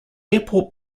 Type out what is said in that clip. airport